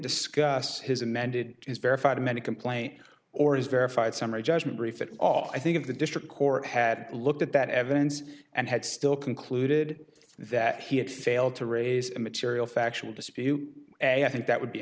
discuss his amended is verified amended complaint or is verified summary judgment brief it off i think of the district court had looked at that evidence and had still concluded that he had failed to raise a material factual dispute i think that would be